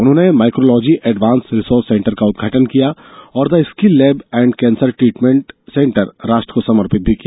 उन्होंने mycology advanced resource centre का उदघाटन किया और the skill lab and cancer treatment centre राष्ट्र को समर्पित भी किया